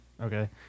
Okay